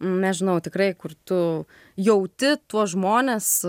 nežinau tikrai kur tu jauti tuos žmones